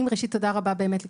מה המספר שלהם ביחס למספר